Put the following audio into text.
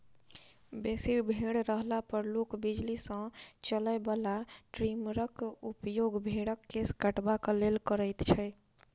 बेसी भेंड़ रहला पर लोक बिजली सॅ चलय बला ट्रीमरक उपयोग भेंड़क केश कटबाक लेल करैत छै